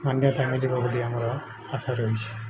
ମାନ୍ୟତା ମିଳିବ ବୋଲି ଆମର ଆଶା ରହିଛି